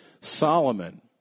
Solomon